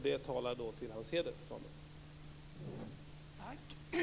Det talar till hans heder, fru talman.